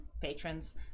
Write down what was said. patrons